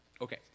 Okay